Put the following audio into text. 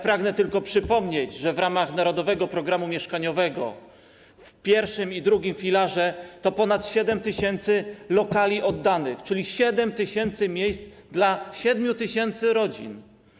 Pragnę przypomnieć, że w ramach „Narodowego programu mieszkaniowego” w filarach pierwszym i drugim to jest ponad 7 tys. lokali oddanych, czyli 7 tys. miejsc dla 7 tys. rodzin.